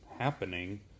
happening